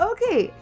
Okay